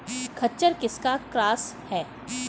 खच्चर किसका क्रास है?